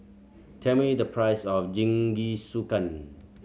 tell me the price of Jingisukan